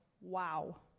wow